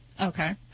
Okay